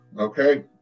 Okay